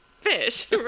fish